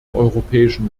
europäischen